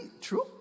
true